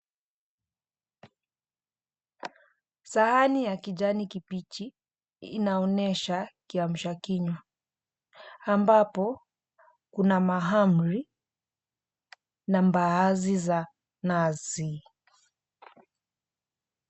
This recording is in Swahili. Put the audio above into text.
Sahani ya kijani kibichi inaonyesha kiamshakinywa ambapo kuna mahamri na mbaazi za nazi.